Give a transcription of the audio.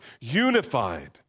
unified